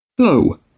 Hello